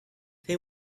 they